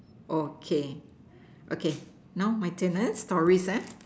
okay okay now my turn ah stories ah